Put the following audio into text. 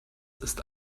ist